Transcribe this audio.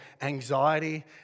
anxiety